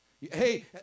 Hey